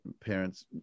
parents